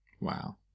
Wow